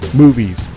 movies